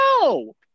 No